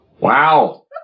Wow